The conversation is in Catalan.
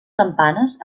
campanes